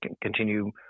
continue